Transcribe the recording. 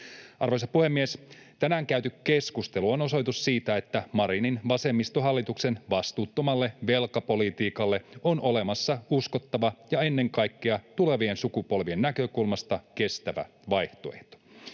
Arvoisa puhemies! Tänään käyty keskustelu on osoitus siitä, että Marinin vasemmistohallituksen vastuuttomalle velkapolitiikalle on olemassa uskottava ja ennen kaikkea tulevien sukupolvien näkökulmasta kestävä vaihtoehto.